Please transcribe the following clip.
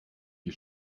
die